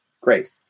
great